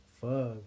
Fuck